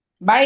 Bye